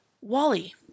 wally